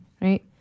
right